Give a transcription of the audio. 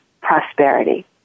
prosperity